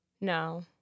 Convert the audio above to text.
No